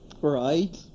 Right